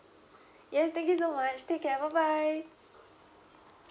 yes thank you so much take care bye bye